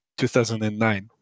2009